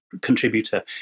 contributor